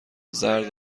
زرد